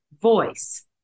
voice